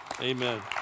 Amen